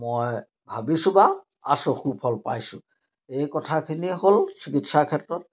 মই ভাবিছোঁ বা আছোঁ সুফল পাইছোঁ এই কথাখিনি হ'ল চিকিৎসাৰ ক্ষেত্ৰত